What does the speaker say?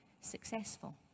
successful